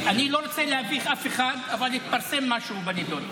אני לא רוצה להביך אף אחד, אבל התפרסם משהו בנדון.